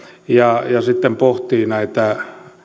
ja sitten pohtii näitä